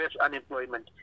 unemployment